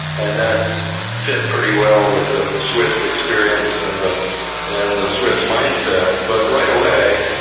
and that sat pretty well with the swiss experience and the and the swiss mindset, but right away,